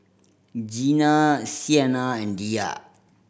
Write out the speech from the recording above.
Gina Siena and Diya